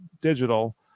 digital